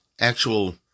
Actual